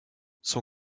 son